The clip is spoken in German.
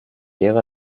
ära